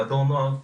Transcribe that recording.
במדור נוער,